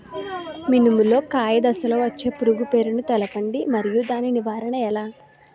మినుము లో కాయ దశలో వచ్చే పురుగు పేరును తెలపండి? మరియు దాని నివారణ ఎలా?